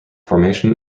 formation